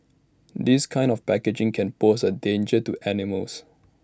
this kind of packaging can pose A danger to animals